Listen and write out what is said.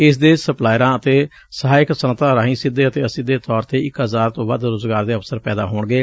ਇਸ ਦੇ ਸਪਲਾਇਰਾਂ ਅਤੇ ਸਹਾਇਕ ਸੱਨਅਤਾਂ ਰਾਹੀਂ ਸਿੱਧੇ ਅਤੇ ਅਸਿੱਧੇ ਤੌਰ ਤੇ ਇਕ ਹਜ਼ਾਰ ਤੋ ਵੱਧ ਰੁਜ਼ਗਾਰ ਦੇ ਅਵਸਰ ਪੈਦਾ ਹੋਣਗੇ